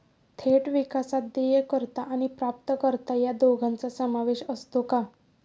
थेट विकासात देयकर्ता आणि प्राप्तकर्ता या दोघांचा समावेश असतो का?